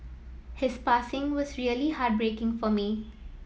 his passing was really heartbreaking for me